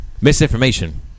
misinformation